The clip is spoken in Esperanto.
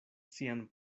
sian